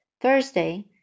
Thursday